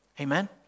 Amen